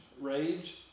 Rage